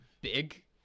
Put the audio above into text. big